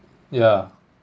yeah